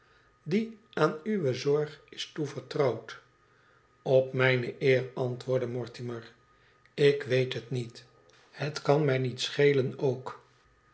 die aan uwe zorg is toevertrouwd f op mijne eer antwoordde mortimer tik weet het niet en het kan mij niet schelen ook